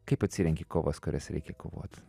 kaip atsirenki kovas kurias reikia kovoti